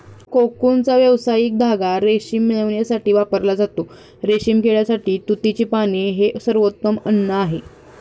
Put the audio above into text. कोकूनचा व्यावसायिक धागा रेशीम मिळविण्यासाठी वापरला जातो, रेशीम किड्यासाठी तुतीची पाने हे सर्वोत्तम अन्न आहे